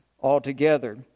altogether